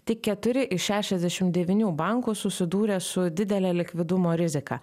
tik keturi iš šešiasdešim devynių bankų susidūrė su didele likvidumo rizika